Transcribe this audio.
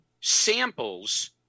samples